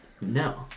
No